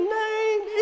name